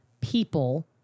people